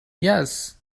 yes